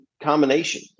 combination